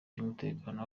cy’umutekano